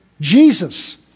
Jesus